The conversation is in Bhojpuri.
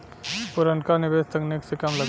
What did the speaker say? पुरनका निवेस तकनीक से कम लगे